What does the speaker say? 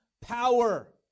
Power